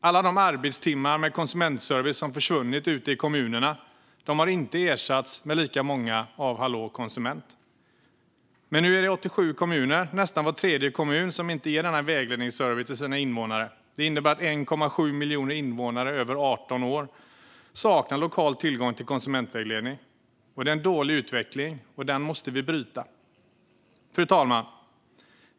Alla de arbetstimmar med konsumentservice som försvunnit ute i kommunerna har inte ersatts med lika mycket hos Hallå konsument. Nu är det 87 kommuner, nästan var tredje kommun, som inte ger denna vägledningsservice till sina invånare. Det innebär att 1,7 miljoner invånare över 18 år saknar lokal tillgång till konsumentvägledning. Det är en dålig utveckling som vi måste bryta. Fru talman!